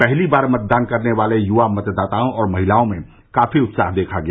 पहली बार मतदान करने वाले युवा मतदाताओं और महिलाओं में काफी उत्साह देखा गया